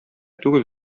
түгел